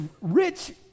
rich